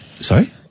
Sorry